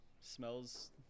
Smells